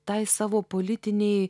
tai savo politinei